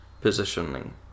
positioning